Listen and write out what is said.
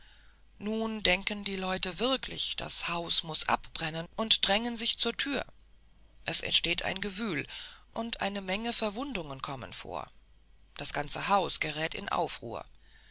nun denken die leute wirklich das haus muß anbrennen und drängen sich zur tür es entsteht ein gewühl und eine menge verwundungen kommen vor das ganze haus gerät in aufruhr